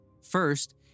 First